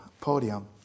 podium